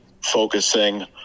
focusing